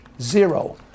zero